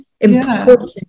important